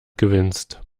gewinnst